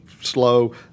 slow